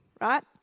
right